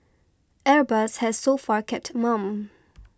airbus has so far kept mum